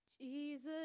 Jesus